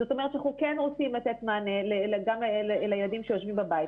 זאת אומרת אנחנו כן רוצים לתת מענה גם לילדים שיושבים בבית,